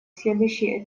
следующий